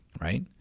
Right